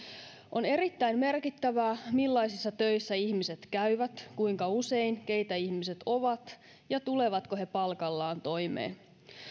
on erittäin merkittävää millaisissa töissä ihmiset käyvät kuinka usein keitä ihmiset ovat ja tulevatko he palkallaan toimeen